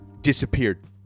disappeared